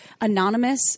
anonymous